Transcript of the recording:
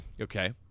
Okay